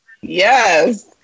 yes